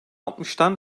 altmıştan